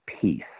peace